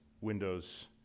windows